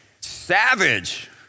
savage